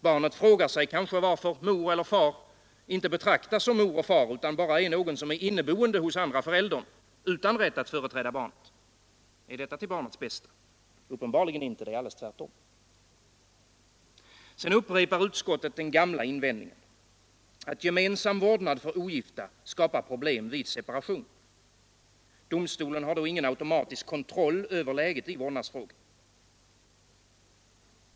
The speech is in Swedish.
Barnet frågar sig kanske varför mor eller far inte betraktas som mor eller far utan bara som någon som är inneboende hos andra föräldern utan rätt att företräda barnet. Är detta till barnets bästa? Uppenbarligen inte. Det är alldeles tvärtom. Sedan upprepar utskottet den gamla invändningen att gemensam vårdnad för ogifta skapar problem vid separation. Domstolen har då ingen automatisk kontroll över läget i vårdnadsfrågan.